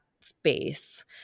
space